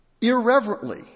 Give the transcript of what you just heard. irreverently